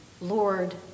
lord